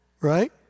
right